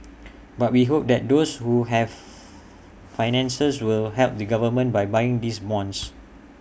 but we hope that those who have finances will help the government by buying these bonds